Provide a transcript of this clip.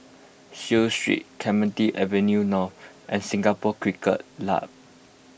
Seah Street Clemenceau Avenue North and Singapore Cricket Club